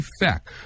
effect